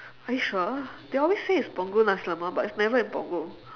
are you sure they always say it's punggol nasi lemak but it's never in punggol